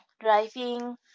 Driving